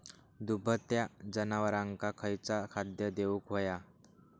दुभत्या जनावरांका खयचा खाद्य देऊक व्हया?